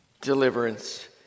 deliverance